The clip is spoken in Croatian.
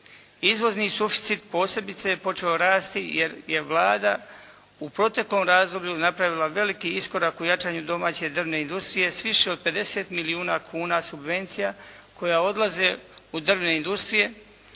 Izvozni suficit posebice je počeo rasti jer je Vlada u proteklom razdoblju napravila veliki iskorak u jačanju domaće drvne industrije s više od 50 milijuna kuna subvencija koja odlaze u drvnu industriju,